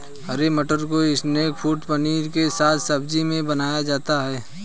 हरे मटर को snack food paneer के साथ सब्जी में बनाया जाता है